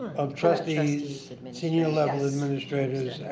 of trustees. i mean senior level administrators.